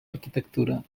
arquitectura